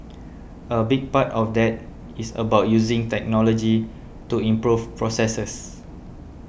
a big part of that is about using technology to improve processes